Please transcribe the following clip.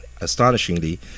astonishingly